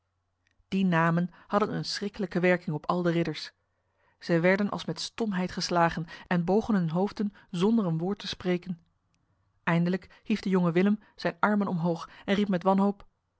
die namen hadden een schriklijke werking op al de ridders zij werden als met stomheid geslagen en bogen hun hoofden zonder een woord te spreken eindelijk hief de jonge willem zijn armen omhoog en riep met wanhoop